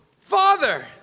Father